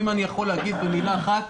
אם אני יכול להגיד במילה אחת,